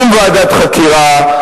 שום ועדת חקירה,